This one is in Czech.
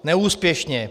Neúspěšně.